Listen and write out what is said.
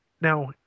Now